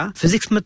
physics